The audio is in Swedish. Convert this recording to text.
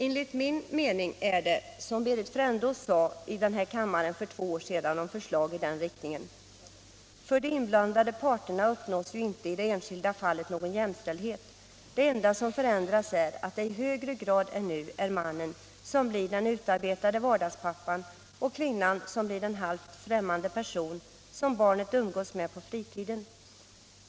Enligt min mening förhåller det sig som Berit Frändås sade här i kammaren för två år sedan om förslag i den riktningen: ”För de inblandade parterna uppnås ju inte i det enskilda fallet någon jämställdhet. Det enda som förändras är, att det i högre grad än nu är mannen som blir den utarbetade vardagspappan och kvinnan som blir den halvt främmande person som barnet umgås med ibland på fritiden.